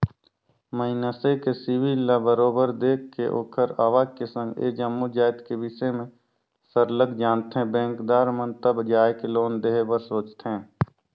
मइनसे के सिविल ल बरोबर देख के ओखर आवक के संघ ए जम्मो जाएत के बिसे में सरलग जानथें बेंकदार मन तब जाएके लोन देहे बर सोंचथे